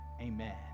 amen